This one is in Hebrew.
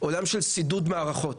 אבל רואים צידוד מערכות,